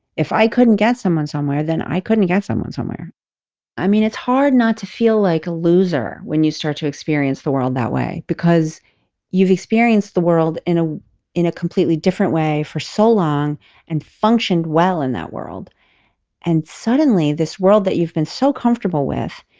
if i couldn't get someone somewhere then i couldn't get someone somewhere i mean it's hard not to feel like a loser when you start to experience the world that way because you've experienced the world in ah in a completely different way for so long and functioned well in that world and suddenly this world that you've been so comfortable with.